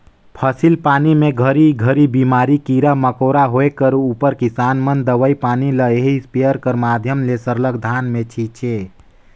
फसिल पानी मे घरी घरी बेमारी, कीरा मकोरा कर होए उपर किसान मन दवई पानी ल एही इस्पेयर कर माध्यम ले सरलग धान मे छीचे